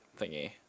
thingy